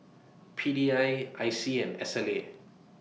P D I I C and Sla